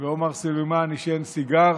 ועומר סולימאן עישן סיגר